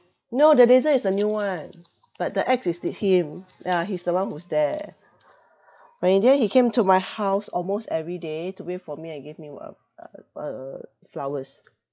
no the laser is the new one but the ex is him yeah he's the one who's there when in the end he came to my house almost every day to wait for me and give me uh uh flowers